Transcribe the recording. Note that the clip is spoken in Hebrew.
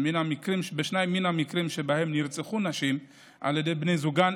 בשניים מן המקרים שבהם נרצחו נשים על ידי בני זוגן,